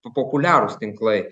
po populiarūs tinklai